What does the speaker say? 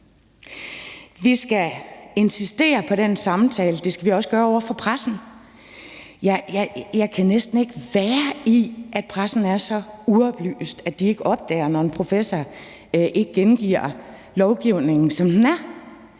Vi skal insistere på den samtale. Det skal vi også gøre over for pressen. Jeg kan næsten ikke være i, atpressen er så uoplyst, at den ikke opdager, når en professor ikke gengiver lovgivningen, som den er.